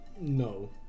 No